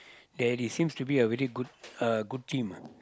there is seems to be a really good uh good team ah